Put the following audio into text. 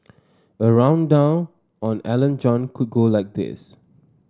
a rundown on Alan John could go like this